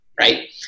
right